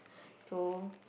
so